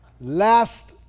last